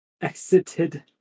exited